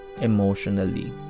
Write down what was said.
emotionally